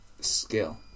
skill